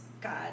God